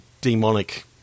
demonic